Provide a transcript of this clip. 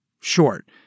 short